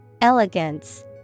Elegance